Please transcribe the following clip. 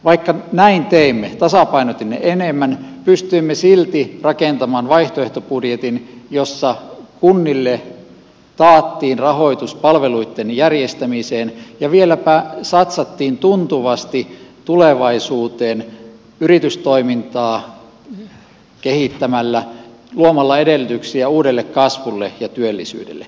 vaikka näin teimme tasapainotimme enemmän pystyimme silti rakentamaan vaihtoehtobudjetin jossa kunnille taattiin rahoitus palveluitten järjestämiseen ja vieläpä satsattiin tuntuvasti tulevaisuuteen yritystoimintaa kehittämällä luomalla edellytyksiä uudelle kasvulle ja työllisyydelle